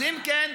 אז אם כן,